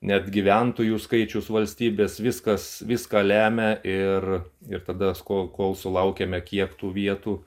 net gyventojų skaičius valstybės viskas viską lemia ir ir tadas ko kol sulaukėme kiek tų vietų